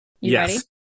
Yes